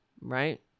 right